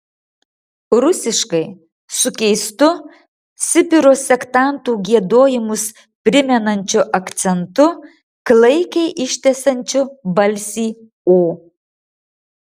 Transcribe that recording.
rusiškai su keistu sibiro sektantų giedojimus primenančiu akcentu klaikiai ištęsiančiu balsį o